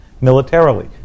militarily